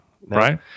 Right